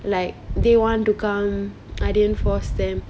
like they want to come I didn't force them